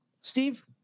Steve